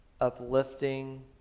uplifting